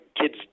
kids